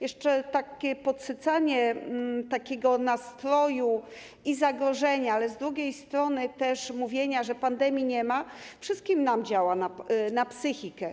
Jeszcze takie podsycanie takiego nastroju zagrożenia, a z drugiej strony mówienia, że pandemii nie ma, wszystkim nam działa na psychikę.